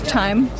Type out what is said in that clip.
time